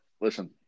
Listen